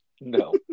no